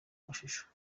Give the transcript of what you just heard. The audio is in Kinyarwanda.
amashusho